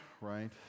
right